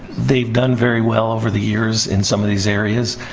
they've done very well over the years in some of these areas.